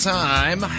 time